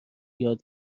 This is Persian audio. یاد